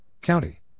County